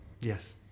Yes